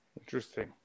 interesting